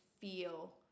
feel